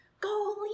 Go